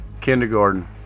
kindergarten